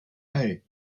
hey